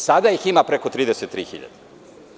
Sada ih ima preko 33.000.